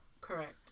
Correct